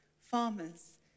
farmers